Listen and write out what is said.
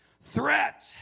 threat